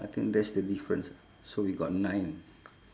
I think that's the difference ah so we got nine